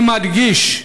אני מדגיש,